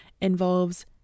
involves